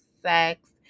sex